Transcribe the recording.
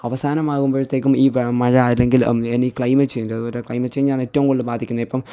അവസാനമാകുമ്പോഴത്തേക്കും ഈ മഴ അല്ലെങ്കിൽ എനി ക്ലൈമറ്റ് ചേയ്ഞ്ച് അതുപോലെ ക്ലൈമറ്റ് ചെയ്ഞ്ച് ആണ് ഏറ്റവും കൂടുതൽ ബാധിക്കുന്നത് ഇപ്പം